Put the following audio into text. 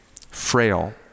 frail